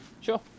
Sure